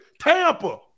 Tampa